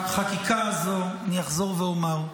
החקיקה הזו, אני אחזור ואומר,